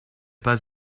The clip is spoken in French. pas